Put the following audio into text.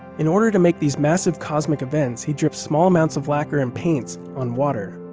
in order to make these massive cosmic events, he dripped small amounts of lacquer and paints on water.